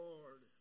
Lord